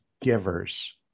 givers